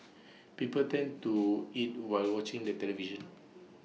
people tend to over eat while watching the television